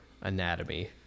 anatomy